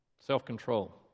self-control